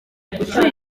ishuri